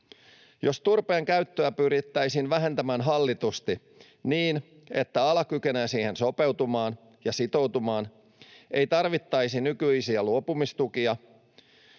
Jos turpeen käyttöä pyrittäisiin vähentämään hallitusti niin, että ala kykenee siihen sopeutumaan ja sitoutumaan, ei tarvittaisi nykyisiä luopumistukia,